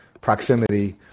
proximity